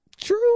true